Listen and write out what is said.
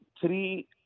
three